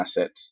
assets